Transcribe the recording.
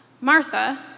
Martha